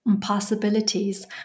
possibilities